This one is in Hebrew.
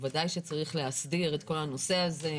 בוודאי שצריך להסדיר את כל הנושא הזה.